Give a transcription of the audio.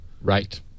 Right